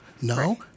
No